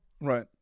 Right